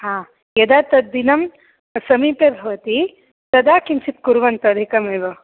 हा यदा तद्दिनं समीपे भवति तदा किञ्चित् कुर्वन्तु अधिकमेव